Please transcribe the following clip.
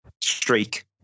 streak